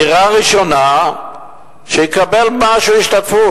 על דירה ראשונה שיקבל משהו כהשתתפות.